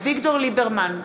אביגדור ליברמן,